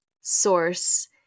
source